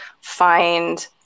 find